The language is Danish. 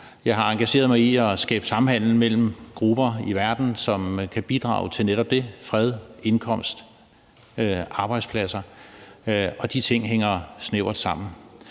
og har engageret mig i at skabe samhandel mellem grupper i verden, som kan bidrage til netop dét, nemlig fred, indkomst og arbejdspladser, og de ting hænger snævert sammen.